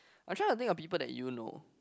actually I think of people that you know